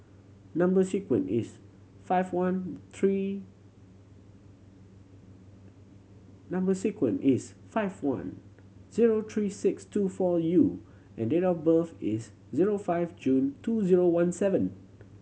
number sequence is five one three number sequence is five one zero three six two four U and date of birth is zero five June two zero one seven